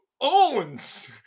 owns